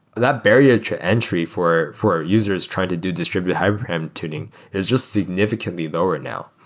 that barrier to entry for for our users trying to do distributed hyperparameter tuning is just significantly lower now.